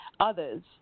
others